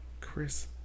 Chris